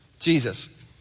Jesus